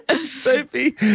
Sophie